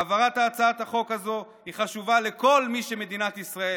העברת הצעת החוק הזו היא חשובה לכל מי שמדינת ישראל